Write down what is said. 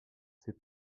ses